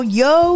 yo